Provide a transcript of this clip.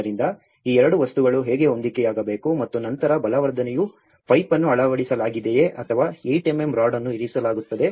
ಆದ್ದರಿಂದ ಈ ಎರಡು ವಸ್ತುಗಳು ಹೇಗೆ ಹೊಂದಿಕೆಯಾಗಬೇಕು ಮತ್ತು ನಂತರ ಬಲವರ್ಧನೆಯು ಪೈಪ್ ಅನ್ನು ಅಳವಡಿಸಲಾಗಿದೆಯೇ ಅಥವಾ 8 mm ರಾಡ್ ಅನ್ನು ಇರಿಸಲಾಗುತ್ತದೆ